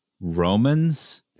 Romans